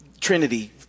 Trinity